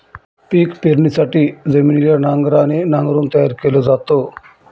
पिक पेरणीसाठी जमिनीला नांगराने नांगरून तयार केल जात